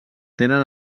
tenen